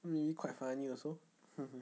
maybe quite funny also